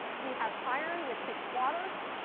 we have iron with six waters,